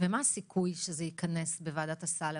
מה הסיכוי שזה ייכנס בוועדת הסל,